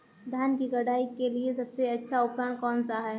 धान की कटाई के लिए सबसे अच्छा उपकरण कौन सा है?